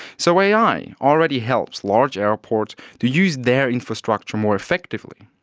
so ai already helps large airports to use their infrastructure more effectively.